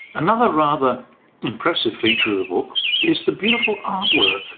another rather impressive feature of the book is the beautiful artwork.